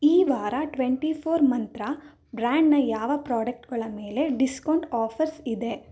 ಈ ವಾರ twenty four Mantra ಬ್ರ್ಯಾಂಡ್ನ ಯಾವ ಪ್ರಾಡಕ್ಟ್ಗಳು ಮೇಲೆ ಡಿಸ್ಕೌಂಟ್ ಆಫರ್ಸ್ ಇದೆ